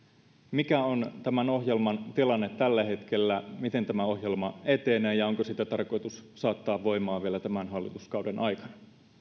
mikä on tämän ohjelman tilanne tällä hetkellä miten tämä ohjelma etenee ja onko sitä tarkoitus saattaa voimaan vielä tämän hallituskauden aikana